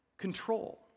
control